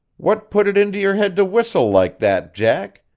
what put it into your head to whistle like that, jack?